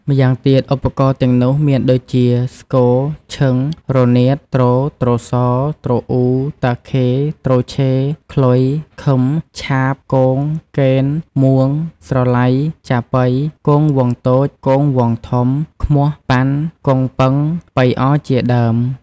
ម្យ៉ាងទៀតឧបករណ៏ទាំងនោះមានដូចជា ស្គរ ឈឹង រនាត ទ្រ ទ្រសោ ទ្រអ៊ូ តាខេ ទ្រឆេ ខ្លុយ ឃឹម ឆាប គង គែន មួង ស្រឡៃ ចាប៉ី គងវង្សតូច គងវង្សធំ ឃ្មោះ ប៉ាន់ កុងប៉ឹង ប៉ីអជាដើម។